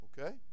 Okay